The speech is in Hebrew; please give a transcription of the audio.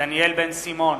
דניאל בן-סימון,